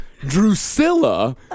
Drusilla